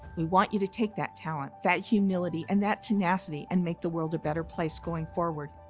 we want you to take that talent, that humility, and that tenacity and make the world a better place going forward.